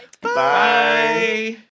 Bye